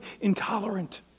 intolerant